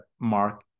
mark